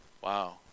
Wow